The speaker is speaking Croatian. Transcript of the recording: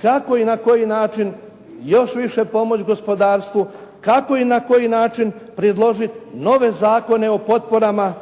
kako i na koji način još više pomoći gospodarstvu, kako i na koji način predložiti nove zakone o potporama